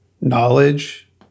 knowledge